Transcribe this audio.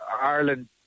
Ireland